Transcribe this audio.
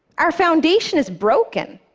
our foundation is broken.